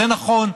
זה נכון,